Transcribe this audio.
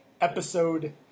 episode